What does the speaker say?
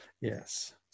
Yes